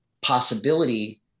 possibility